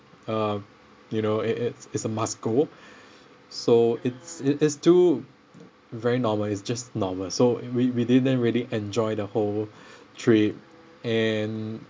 uh you know it it's it's a must go so it's it's too very normal it's just normal so we we didn't really enjoy the whole trip and